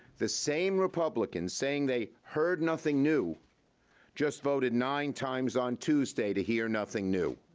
the same republicans saying they heard nothing new just voted nine times on tuesday to hear nothing new.